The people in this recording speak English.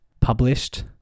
published